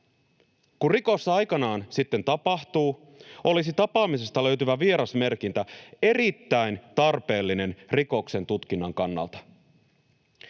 Kun rikos aikanaan sitten tapahtuu, olisi tapaamisesta löytyvä vierasmerkintä erittäin tarpeellinen rikoksen tutkinnan kannalta.